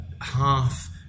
half